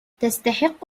تستحق